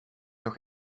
nog